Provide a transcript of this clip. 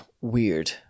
weird